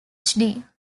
phd